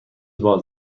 باز